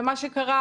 ומה שקרה